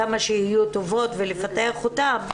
כמה שיהיו טובות ותפתחו אותם,